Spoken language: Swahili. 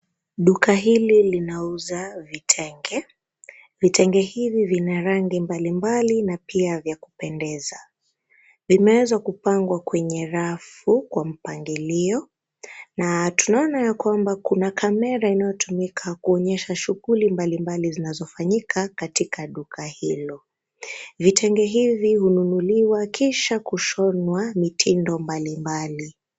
Duka hili linauza vitenge. Vitenge hivi vina rangi mbalimbali na pia vya kupendeza. Vimeweza kupangwa kwenye rafu kwa mpangilio. Na tunaona ya kwamba kuna kamera inayotumika kuonyesha shughuli mbalimbali zinazofanyika katika duka hilo. Vitenge hivi hununuliwa kisha kushonwa mitindo mbalimbali.